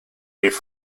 rif